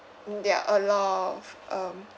there are a lot of um